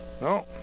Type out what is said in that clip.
No